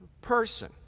person